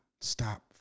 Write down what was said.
stop